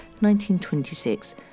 1926